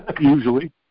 Usually